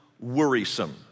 worrisome